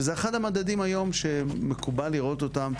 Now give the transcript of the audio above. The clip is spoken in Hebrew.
וזה אחד המדדים היום שמקובל לראות אותם